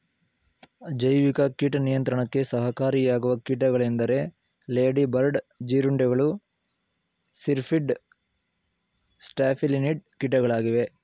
ಜೈವಿಕ ಕೀಟ ನಿಯಂತ್ರಣಕ್ಕೆ ಸಹಕಾರಿಯಾಗುವ ಕೀಟಗಳೆಂದರೆ ಲೇಡಿ ಬರ್ಡ್ ಜೀರುಂಡೆಗಳು, ಸಿರ್ಪಿಡ್, ಸ್ಟ್ಯಾಫಿಲಿನಿಡ್ ಕೀಟಗಳಾಗಿವೆ